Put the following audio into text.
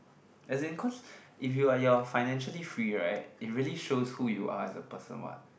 as in cause if you are you're financially free right it really shows who you are as a person what